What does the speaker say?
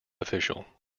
official